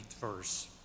verse